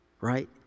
right